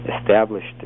established